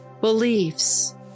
Beliefs